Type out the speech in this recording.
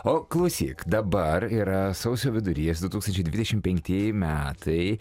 o klausyk dabar yra sausio vidurys du tūkstančiai dvidešimt penktieji metai